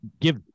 give